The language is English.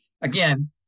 Again